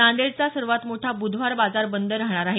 नांदेडचा सर्वात मोठा ब्धवार बाजार बंद राहणार आहे